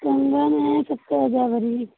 कंगन है सत्तर हज़ार